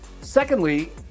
Secondly